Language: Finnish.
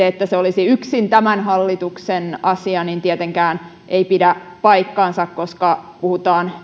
että se olisi yksin tämän hallituksen asia ei tietenkään pidä paikkaansa koska puhutaan